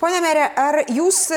pone mere ar jūs